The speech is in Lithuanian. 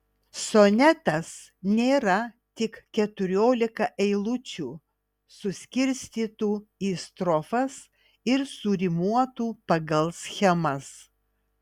sonetas nėra tik keturiolika eilučių suskirstytų į strofas ir surimuotų pagal schemas